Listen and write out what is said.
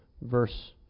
verse